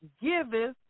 giveth